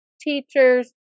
teachers